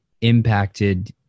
impacted